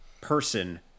person